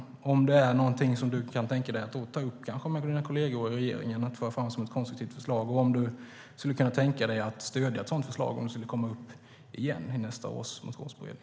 Jag undrar om detta är någonting som Anne Marie Brodén kan tänka sig att ta upp med sina kolleger i regeringen och föra fram som ett konstruktivt förslag och om hon skulle kunna tänka sig att stödja ett sådant förslag om det skulle komma upp igen i nästa års motionsberedning.